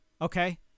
Okay